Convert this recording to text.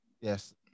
Yes